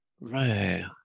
Right